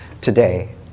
today